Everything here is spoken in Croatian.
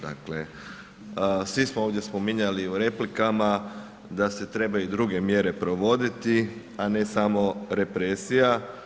Dakle svi smo ovdje spominjali u replikama da se trebaju i druge mjere provoditi a ne samo represija.